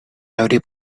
every